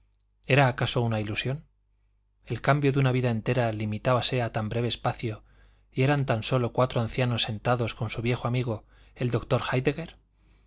era acaso una ilusión el cambio de una vida entera limitábase a tan breve espacio y eran ya sólo cuatro ancianos sentados con su viejo amigo el doctor